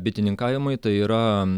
bitininkavimui tai yra